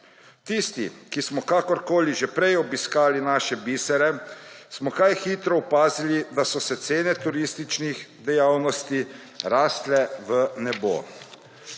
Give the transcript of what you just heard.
Tisti, ki smo kakorkoli že prej obiskali naše bisere, smo kaj hitro opazili, da so cene turističnih dejavnosti rasle v nebo.